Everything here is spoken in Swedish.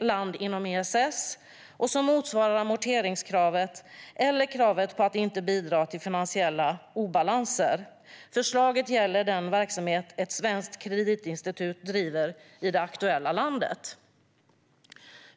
land inom ESS och som motsvarar amorteringskravet eller kravet på att inte bidra till finansiella obalanser. Förslaget gäller den verksamhet ett svenskt kreditinstitut driver i det aktuella landet.